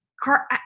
car